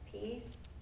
peace